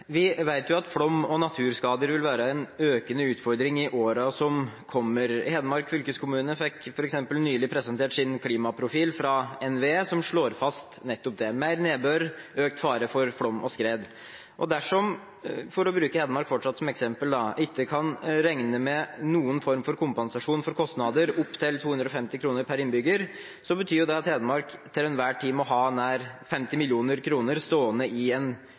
at flom og naturskader vil være en økende utfordring i årene som kommer. Hedmark fylkeskommune fikk f.eks. nylig presentert sin klimaprofil fra NVE som slår fast nettopp det – mer nedbør, økt fare for flom og skred. Dersom – for å bruke Hedmark som eksempel fortsatt – en ikke kan regne med noen form for kompensasjon for kostnader opp til 250 kr per innbygger, betyr det at Hedmark til enhver tid må ha nær 50 mill. kr stående